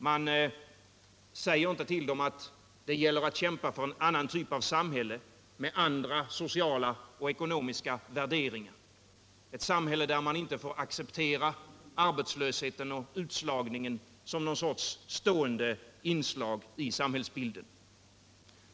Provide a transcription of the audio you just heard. Man säger inte till dem att det gäller att kämpa för en annan typ av samhälle med andra sociala och ekonomiska värderingar, ett samhälle där man inte får acceptera arbetslöshet och utslagning som någon sorts stående inslag i samhällsbilden.